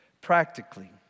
practically